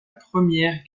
première